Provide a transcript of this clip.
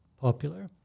popular